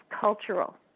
cultural